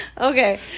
Okay